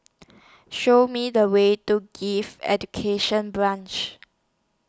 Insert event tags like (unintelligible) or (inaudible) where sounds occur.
Show Me The Way to (unintelligible) Education Branch